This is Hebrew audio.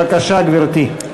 בבקשה, גברתי.